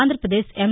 Andhra Pradesh ఎం